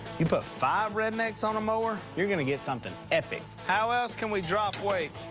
you put five rednecks on a mower, you're gonna get something epic. how else can we drop weight?